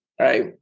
Right